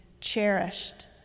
cherished